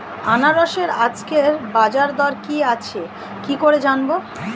আনারসের আজকের বাজার দর কি আছে কি করে জানবো?